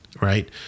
Right